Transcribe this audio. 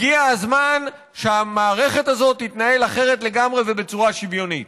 הגיע הזמן שהמערכת הזו תתנהל אחרת לגמרי ובצורה שוויונית.